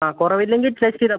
ആ കുറവില്ലെങ്കിൽ ടെസ്റ്റ് ചെയ്താൽ